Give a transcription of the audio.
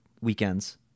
weekends